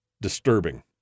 disturbing